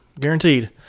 Guaranteed